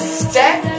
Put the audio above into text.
step